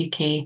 UK